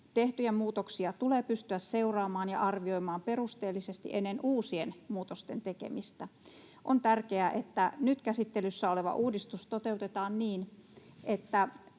Tehtyjä muutoksia tulee pystyä seuraamaan ja arvioimaan perusteellisesti ennen uusien muutosten tekemistä. On tärkeää, että nyt käsittelyssä oleva uudistus toteutetaan niin, että